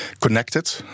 connected